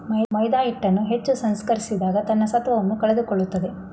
ಮೈದಾಹಿಟ್ಟನ್ನು ಹೆಚ್ಚು ಸಂಸ್ಕರಿಸಿದಾಗ ತನ್ನ ಸತ್ವವನ್ನು ಕಳೆದುಕೊಳ್ಳುತ್ತದೆ